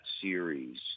series